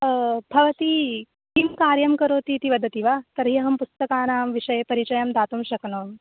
ओ भवती किं कार्यं करोति इति वदति वा तर्हि अहं पुस्तकानां विषये परिचयं दातुं शक्नोमि